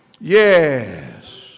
Yes